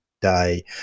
day